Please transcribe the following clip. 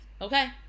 okay